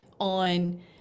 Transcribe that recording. on